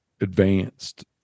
advanced